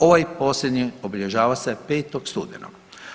Ovaj posljednji obilježava se 5. studenog.